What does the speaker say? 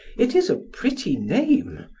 it is a pretty name.